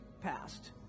passed